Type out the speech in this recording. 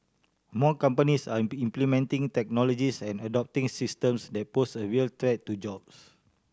more companies are implementing technologies and adopting systems that pose a real threat to jobs